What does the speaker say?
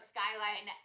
Skyline